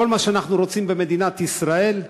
כל מה שאנחנו רוצים במדינת ישראל,